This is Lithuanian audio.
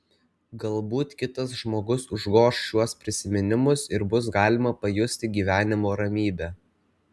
galbūt kitas žmogus užgoš šiuos prisiminimus ir bus galima pajusti gyvenimo ramybę